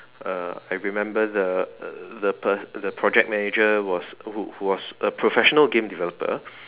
uh I remember the the per~ project manager who who was a professional game developer